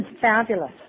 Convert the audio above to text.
fabulous